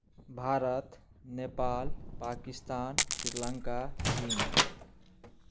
भारत नेपाल पाकिस्तान श्रीलङ्का चीन